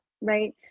right